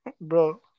Bro